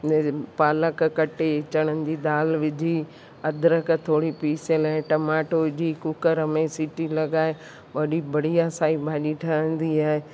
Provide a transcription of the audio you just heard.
पालक कटे चणनि जी दालि विझी अदरक थोरी पीसियल ऐं टमाटो विझी कूकर में सीटी लॻाए ॾाढी बढ़िया साई भाॼी ठहिंदी आहे